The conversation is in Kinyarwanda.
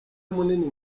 munini